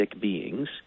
beings